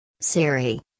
Siri